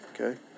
Okay